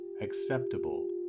acceptable